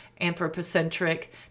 anthropocentric